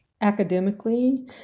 academically